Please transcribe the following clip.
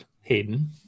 Hayden